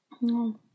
No